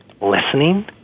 listening